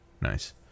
Nice